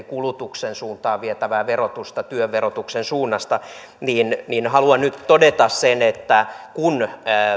kulutuksen suuntaan vietävää verotusta työn verotuksen suunnasta niin niin haluan nyt todeta sen että